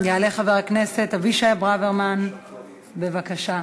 יעלה חבר הכנסת אבישי ברוורמן, בבקשה.